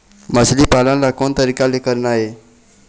मछली पालन ला कोन तरीका ले करना ये?